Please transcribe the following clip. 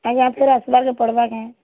ଆଜ୍ଞା ଫିର୍ ଆସ୍ବାକେ ପଡ଼୍ବା କେଁ